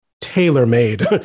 tailor-made